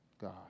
god